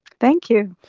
thank you.